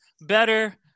Better